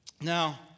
Now